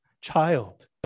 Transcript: child